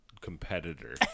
competitor